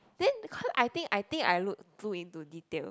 then because I think I think I look good into details